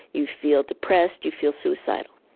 you feel depressed, you feel suicidal.